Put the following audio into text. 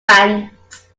banks